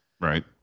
Right